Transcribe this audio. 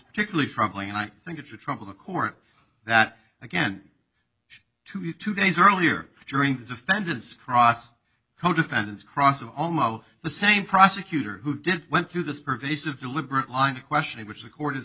particularly troubling and i think it should trouble the court that again two days earlier during the defendant's cross co defendants cross of almost the same prosecutor who did went through this pervasive deliberate line of questioning which the court is